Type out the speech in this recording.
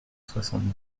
soixante